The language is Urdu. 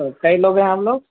تو کئے لوگ ہیں آپ لوگ